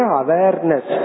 awareness